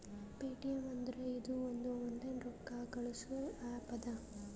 Paytm ಅಂದುರ್ ಇದು ಒಂದು ಆನ್ಲೈನ್ ರೊಕ್ಕಾ ಕಳ್ಸದು ಆ್ಯಪ್ ಅದಾ